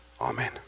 Amen